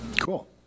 Cool